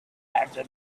after